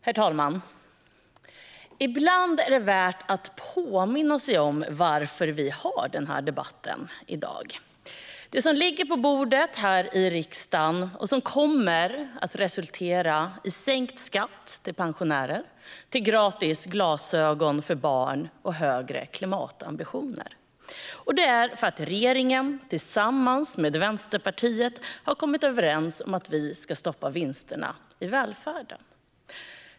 Herr talman! Ibland är det värt att påminna sig om varför vi diskuterar den här budgeten - den som ligger på bordet och som kommer att resultera i sänkt skatt för pensionärer, gratis glasögon för barn samt högre klimatambitioner. Det är för att regeringen tillsammans med Vänsterpartiet har kommit överens om att vi ska få stopp på vinsterna i välfärden.